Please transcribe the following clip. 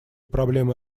проблемы